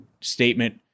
statement